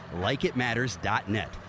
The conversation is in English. LikeItMatters.net